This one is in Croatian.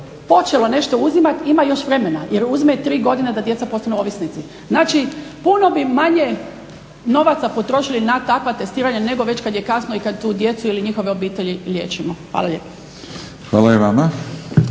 počelo nešto uzimat ima još vremena, jer uzme 3 godine da djeca postanu ovisnici. Znači puno bi manje novaca potrošili na takva testiranja, nego kad je već kasno i kad tu djecu ili njihove obitelji liječimo. Hvala lijepa.